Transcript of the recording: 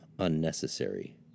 unnecessary